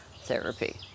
therapy